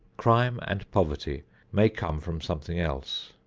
crime and poverty may come from something else.